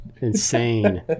insane